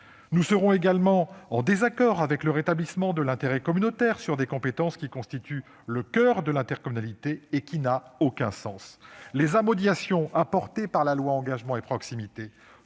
Nous serons également en désaccord avec le rétablissement de la notion d'intérêt communautaire pour des compétences qui constituent le coeur de l'intercommunalité ; cela n'a aucun sens. Les modifications apportées par la loi Engagement et proximité